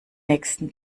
nächsten